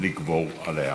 לגבור עליה.